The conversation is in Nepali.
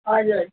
हजुर